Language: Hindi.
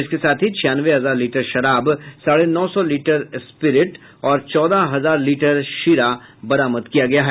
इसके साथ ही छियानवे हजार लीटर शराब साढ़े नौ सौ लिटर स्प्रीट और चौदह हजार लीटर शीरा बरामद किया गया है